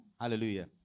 hallelujah